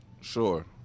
Sure